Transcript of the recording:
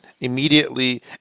immediately